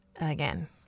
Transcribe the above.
Again